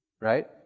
Right